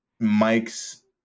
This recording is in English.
Mike's